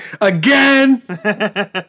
Again